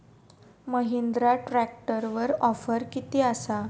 महिंद्रा ट्रॅकटरवर ऑफर किती आसा?